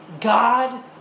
God